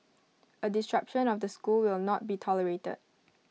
A disruption of the school will not be tolerated